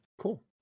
Cool